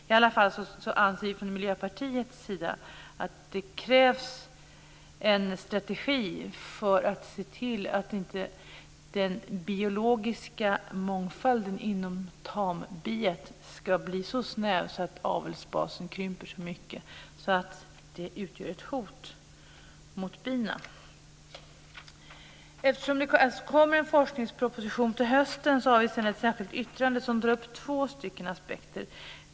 I alla fall anser vi från Miljöpartiets sida att det krävs en strategi för att se till att inte den biologiska mångfalden inom tambiet ska bli så snäv att avelsbasen krymper så mycket att det utgör ett hot mot bina. Eftersom det kommer en forskningsproposition till hösten har vi ett särskilt yttrande som tar upp två frågor.